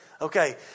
Okay